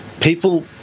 People